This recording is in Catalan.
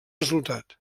resultat